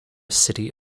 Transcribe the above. city